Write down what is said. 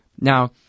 Now